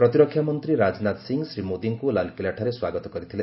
ପ୍ରତିରକ୍ଷା ମନ୍ତ୍ରୀ ରାଜନାଥ ସିଂହ ଶ୍ରୀ ମୋଦୀଙ୍କୁ ଲାଲକିଲାଠାରେ ସ୍ୱାଗତ କରିଥିଲେ